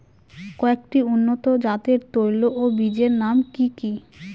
কয়েকটি উন্নত জাতের তৈল ও বীজের নাম কি কি?